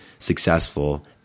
Successful